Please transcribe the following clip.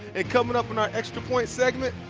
coming up in our extra point segment,